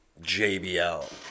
JBL